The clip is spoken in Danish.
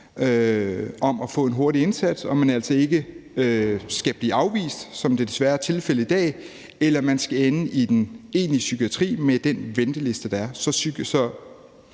om at få en hurtig indsats er der, og at man ikke skal blive afvist, som det desværre er tilfældet i dag, eller at man skal ende i den egentlige psykiatri med den venteliste, der er.